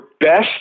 best